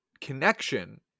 connection